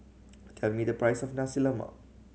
tell me the price of Nasi Lemak